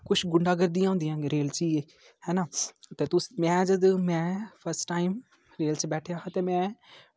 कुछ गुंडागर्दियां होंदियां रेल च हैना ते तुस में जदूं में फर्स्ट टाइम रेल च बैठेआ हा ते में